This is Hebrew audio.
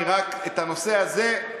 רק בנושא הזה,